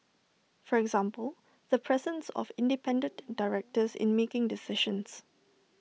for example the presence of independent directors in making decisions